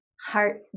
heart